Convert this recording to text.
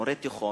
מורה בתיכון,